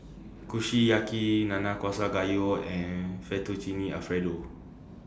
Kushiyaki Nanakusa Gayu and Fettuccine Alfredo